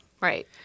Right